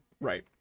Right